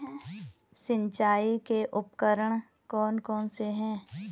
सिंचाई के उपकरण कौन कौन से हैं?